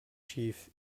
chief